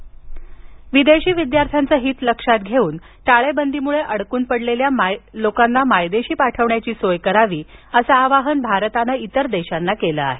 जयशंकर विदेशी विद्यार्थ्यांच हित लक्षात घेऊन टाळेबंदीमूळं अडकून पडलेल्यांना मायदेशी पाठवण्याची सुविधा निर्माण करावी असं आवाहन भारतानं इतर देशांना केलं आहे